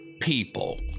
people